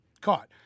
caught